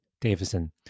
Davison